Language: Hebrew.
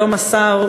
היום השר,